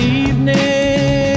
evening